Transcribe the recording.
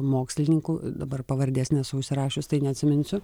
mokslininkų dabar pavardės nesu užsirašius tai neatsiminsiu